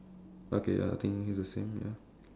okay ya I think it's the same ya